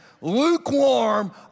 lukewarm